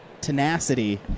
tenacity